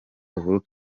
uhuru